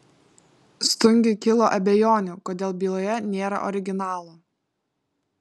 stungiui kilo abejonių kodėl byloje nėra originalo